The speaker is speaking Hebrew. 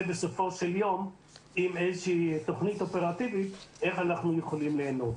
בסופו של יום עם איזושהי תוכנית אופרטיבית איך אנחנו יכולים ליהנות.